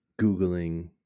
googling